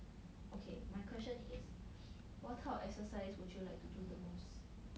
okay my question is what type of exercise would you like to do the most